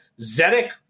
Zedek